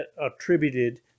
attributed